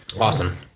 Awesome